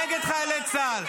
שהיה נגד חיילי צה"ל.